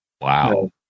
Wow